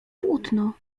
płótno